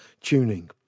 tuning